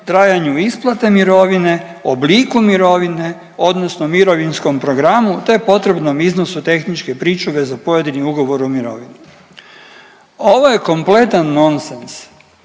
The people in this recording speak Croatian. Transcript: trajanju isplate mirovine, obliku mirovine, odnosno mirovinskom programu, te potrebnom iznosu tehničke pričuve za pojedini ugovor o mirovini. Ovo je kompletan nonsens